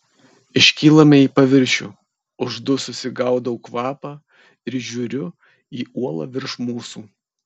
iškylame į paviršių uždususi gaudau kvapą ir žiūriu į uolą virš mūsų